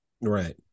Right